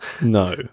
No